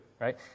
right